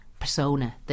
persona